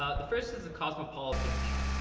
ah the first is a cosmopolitan view.